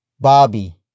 bobby